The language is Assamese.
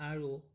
আৰু